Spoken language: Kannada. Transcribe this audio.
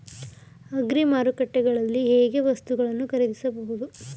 ಅಗ್ರಿ ಮಾರುಕಟ್ಟೆಯಲ್ಲಿ ಹೇಗೆ ವಸ್ತುಗಳನ್ನು ಖರೀದಿಸಬಹುದು?